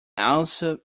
also